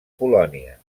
polònia